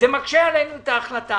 זה מקשה עלינו את ההחלטה,